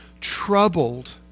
troubled